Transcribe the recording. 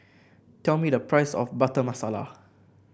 tell me the price of Butter Masala